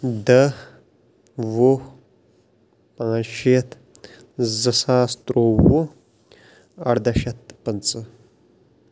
دہ وُہ پانژھ شیٖتھ زٕ ساس ترٛووُہ اردہ شیٚتھ تہٕ پٕنژہ